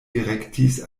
direktis